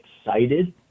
excited